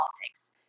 Politics